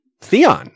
Theon